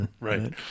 Right